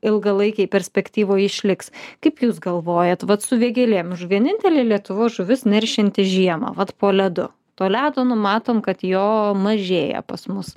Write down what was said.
ilgalaikėj perspektyvoj išliks kaip jūs galvojat vat su vėgėlėm vienintelė lietuvos žuvis neršianti žiemą vat po ledu to ledo nu matom kad jo mažėja pas mus